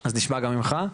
אז נשמע גם ממך.